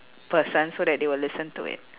person so that they will listen to it